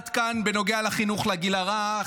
עד כאן בנוגע לחינוך לגיל הרך,